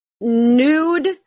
nude